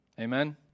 Amen